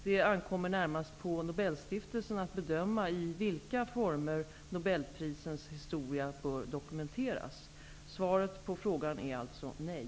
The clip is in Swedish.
Det ankommer närmast på Nobelstiftelsen att bedöma i vilka former nobelprisens historia bör dokumenteras. Svaret på frågan är alltså nej.